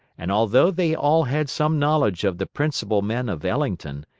and although they all had some knowledge of the principal men of ellmington,